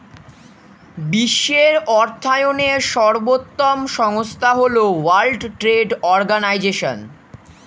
বিশ্বের অর্থায়নের সর্বোত্তম সংস্থা হল ওয়ার্ল্ড ট্রেড অর্গানাইজশন